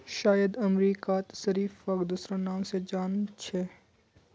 शायद अमेरिकात शरीफाक दूसरा नाम स जान छेक